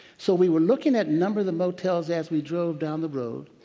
so we were looking at numbers of motels as we drove down the road,